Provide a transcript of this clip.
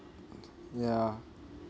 ya